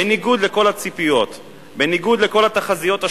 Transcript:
בניגוד לכל הציפיות,